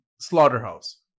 Slaughterhouse